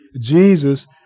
Jesus